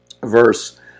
verse